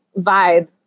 vibe